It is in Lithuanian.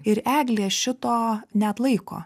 ir eglė šito neatlaiko